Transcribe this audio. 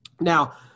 Now